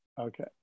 Okay